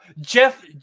Jeff